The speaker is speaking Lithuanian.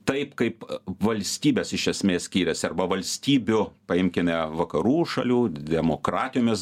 taip kaip valstybės iš esmės skyrėsi arba valstybių paimkime vakarų šalių demokratijomis